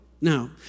Now